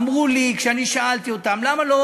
אמרו לי כשאני שאלתי אותם: למה לא